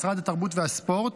משרד התרבות והספורט,